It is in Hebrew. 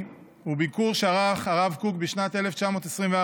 היא ביקור שערך הרב קוק בשנת 1924,